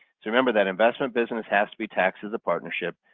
so remember that investment business has to be taxed as a partnership.